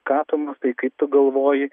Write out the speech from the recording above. ką tu mastai kaip tu galvoji